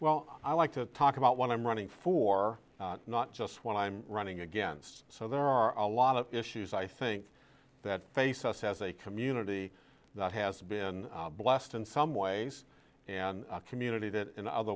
well i like to talk about what i'm running for not just when i'm running against so there are a lot of issues i think that face us as a community that has been blessed in some ways and a community that in other